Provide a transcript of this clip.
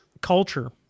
culture